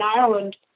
Ireland